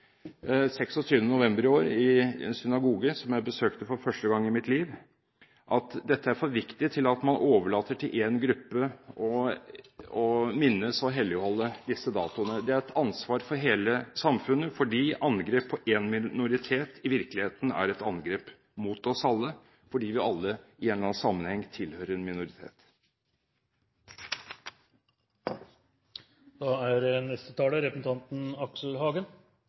26. november i år, og tilbrakte dagen der, ble jeg veldig klar over at dette er for viktig til at man overlater til én gruppe å minnes og helligholde disse datoene. Det er et ansvar for hele samfunnet, fordi angrep på én minoritet i virkeligheten er et angrep mot oss alle, fordi vi alle i en eller annen sammenheng tilhører en minoritet. Da har representanten